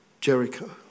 Jericho